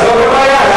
זאת הבעיה?